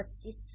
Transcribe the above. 25 છે